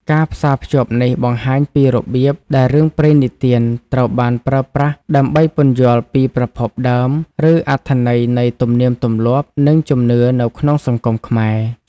ការផ្សារភ្ជាប់នេះបង្ហាញពីរបៀបដែលរឿងព្រេងនិទានត្រូវបានប្រើប្រាស់ដើម្បីពន្យល់ពីប្រភពដើម ឬអត្ថន័យនៃទំនៀមទម្លាប់ និងជំនឿនៅក្នុងសង្គមខ្មែរ។